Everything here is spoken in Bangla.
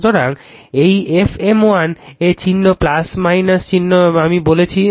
সুতরাং এই F m1 এ এটি চিহ্ন আমি বলেছিলাম